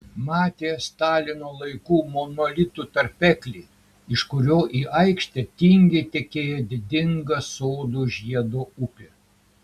matė stalino laikų monolitų tarpeklį iš kurio į aikštę tingiai tekėjo didinga sodų žiedo upė